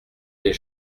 des